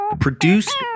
produced